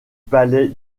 palais